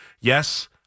Yes